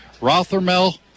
Rothermel